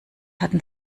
hatten